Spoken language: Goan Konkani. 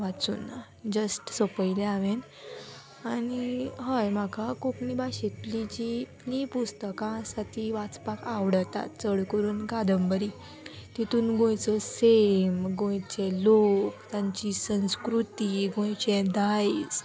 वाचून जस्ट सोंपयल्या हांवें आनी हय म्हाका कोंकणी भाशेंतली जी इतलीं पुस्तकां आसा ती वाचपाक आवडटा चड करून कादंबरी तितून गोंयचो सैम गोंयचे लोक तांची संस्कृती गोंयचें दायज